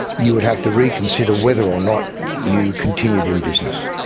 you'd have to reconsider whether or not you continued in business.